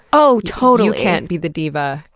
oh, totally. you can't be the diva,